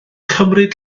cymryd